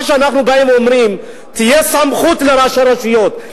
מה שאנחנו באים ואומרים: תהיה סמכות לראשי רשויות,